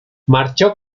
marchó